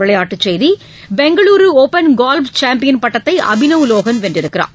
விளையாட்டுச் செய்தி Bengaluru open golf champion பட்டத்தை அபினவ் லோஹன் வென்றுள்ளார்